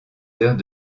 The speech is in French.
heures